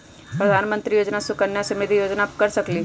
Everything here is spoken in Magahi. प्रधानमंत्री योजना सुकन्या समृद्धि योजना कर सकलीहल?